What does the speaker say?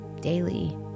daily